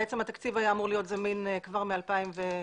בעצם התקציב היה אמור להיות זמין כבר מ-2018.